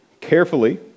carefully